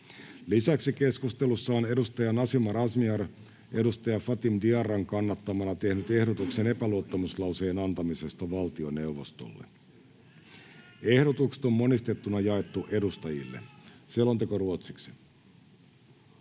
Lisäksi keskustelussa Nasima Razmyar on Fatim Diarran kannattamana tehnyt ehdotuksen epäluottamuslauseen antamisesta valtioneuvostolle. Ehdotukset on monistettuna jaettu edustajille. (Pöytäkirjan